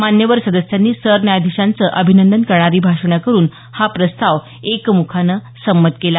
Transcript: मान्यवर सदस्यांनी सरन्यायाधीशांचं अभिनंदन करणारी भाषण करून हा प्रस्ताव एकमुखान संमत केला